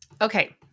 Okay